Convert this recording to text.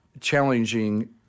challenging